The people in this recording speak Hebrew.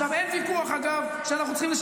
אף אחד לא יודע עד שהחשב הכללי לא אומר.